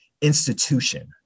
institution